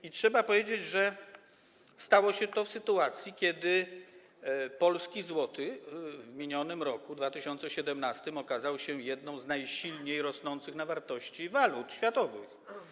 I trzeba powiedzieć, że stało się to w sytuacji, kiedy polski złoty w minionym roku, roku 2017, okazał się jedną z najsilniej zyskujących na wartości walut światowych.